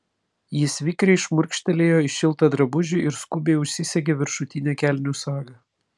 jis vikriai šmurkštelėjo į šiltą drabužį ir skubiai užsisegė viršutinę kelnių sagą